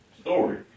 story